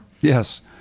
Yes